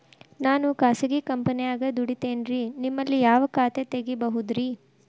ನಾನು ಖಾಸಗಿ ಕಂಪನ್ಯಾಗ ದುಡಿತೇನ್ರಿ, ನಿಮ್ಮಲ್ಲಿ ಯಾವ ಖಾತೆ ತೆಗಿಬಹುದ್ರಿ?